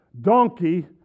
donkey